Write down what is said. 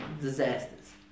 disasters